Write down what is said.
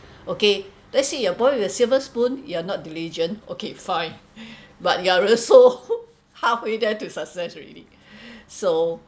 okay let's say you are born with a silver spoon you're not diligent okay fine but you are also halfway there to success already so